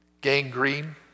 Gangrene